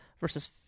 versus